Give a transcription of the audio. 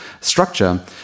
structure